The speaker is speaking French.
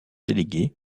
délégués